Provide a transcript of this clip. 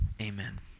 amen